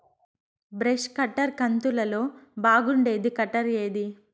Brush cutter కంతులలో బాగుండేది cutter ఏది?